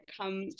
come